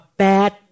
bad